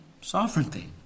Sovereignty